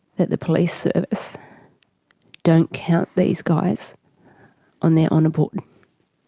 that the police service don't count these guys on their honour board.